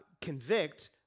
convict